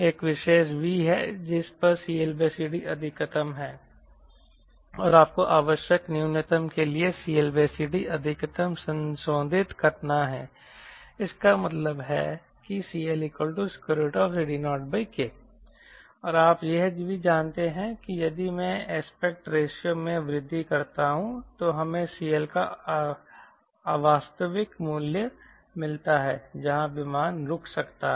एक विशेष V है जिस पर CLCD अधिकतम है और आपको आवश्यक न्यूनतम के लिए CLCD अधिकतम संशोधित करना है इसका मतलब है कि CLCD0K और आप यह भी जानते हैं कि यदि मैं एस्पेक्ट रेशियो में वृद्धि करता हूं तो हमें CL का अवास्तविक मूल्य मिलता है जहां विमान रुक सकता हैं